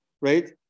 right